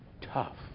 Tough